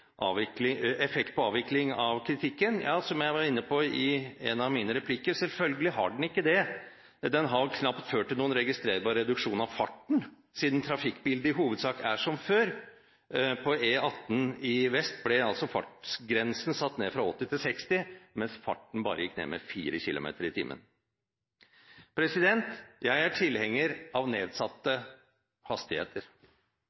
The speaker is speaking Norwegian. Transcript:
effekt på avvikling av kritikken. Som jeg var inne på i én av mine replikker, selvfølgelig har den ikke det. Den har vel knapt ført til noen registrerbar reduksjon av farten siden trafikkbildet i hovedsak er som før. På E18 i vest ble fartsgrensen satt ned fra 80 km i timen til 60 km i timen, mens farten bare gikk ned med 4 km i timen. Jeg er tilhenger av